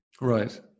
right